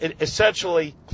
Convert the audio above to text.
essentially